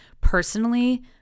personally